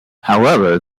however